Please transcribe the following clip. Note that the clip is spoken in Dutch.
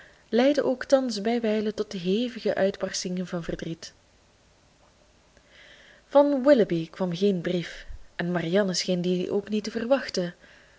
leidden ook thans bijwijlen tot hevige uitbarstingen van verdriet van willoughby kwam geen brief en marianne scheen dien ook niet te verwachten